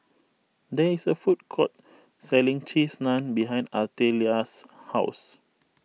there is a food court selling Cheese Naan behind Artelia's house